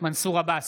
מנסור עבאס,